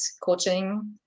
coaching